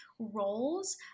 roles